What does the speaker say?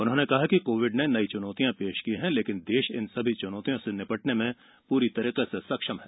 उन्होंने कहा कि कोविड ने नई चुनौतियां पेश की है लेकिन देश इन सभी चुनौतियों से निपटने में पूरी तरह सक्षम है